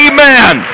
Amen